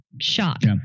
shot